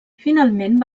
finalment